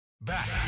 Back